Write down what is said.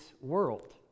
world